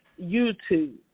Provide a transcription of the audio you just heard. youtube